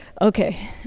okay